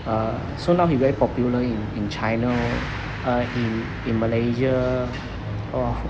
uh so now he very popular in in china uh in in malaysia uh